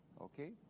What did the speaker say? Okay